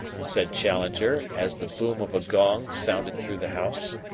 said challenger as the boom of a gong sounded through the house.